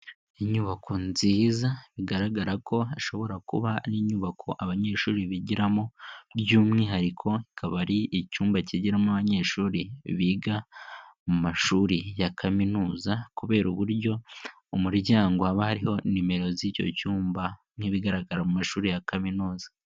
Inyubako nziza bigaragara ko hashobora kuba ari inyubako abanyeshuri bigiramo by'umwihariko kaba ari icyumba kigiramo abanyeshuri biga mu mashuri ya kaminuza kubera uburyo umuryango abariho nimero z'icyo cyumba nk'ibigaragara mu mashuri ya kaminuza.